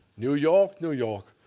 new york, new york.